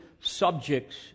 subjects